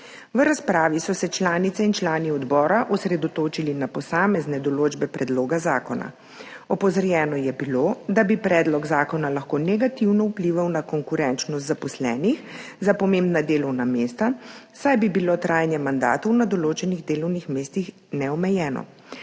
V razpravi so se članice in člani odbora osredotočili na posamezne določbe predloga zakona. Opozorjeno je bilo, da bi predlog zakona lahko negativno vplival na konkurenčnost zaposlenih za pomembna delovna mesta, saj bi bilo trajanje mandatov na določenih delovnih mestih neomejeno.